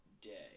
day